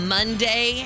Monday